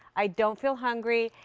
i don't feel hungry.